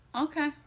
Okay